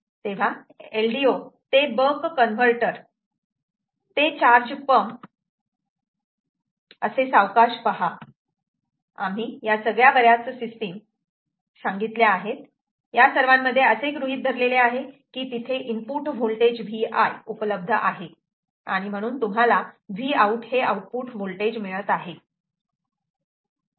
तेव्हा LDO ते buck converter ते चार्ज पंप असे सावकाश पहा आम्ही या सगळ्याच्या बऱ्याच सिस्टीम सांगितल्या आहेत या सर्वांमध्ये असे गृहीत धरलेले आहे की तिथे इनपुट होल्टेज Vi उपलब्ध आहे आणि म्हणून तुम्हाला Vout हे आउटपुट व्होल्टेज मिळत आहे